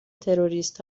تروریست